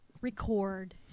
record